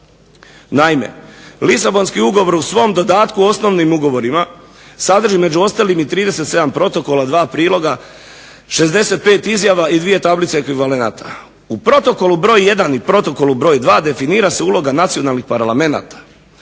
Naime, Lisabonski ugovor u svom dodatku osnovnim ugovorima sadrži među ostalim 37 protokola, 2 priloga, 65 izjava i 2 tablice ekvivalenata, u protokolu broj 1 i protokolu broj 2. definira se uloga nacionalnih parlamenata,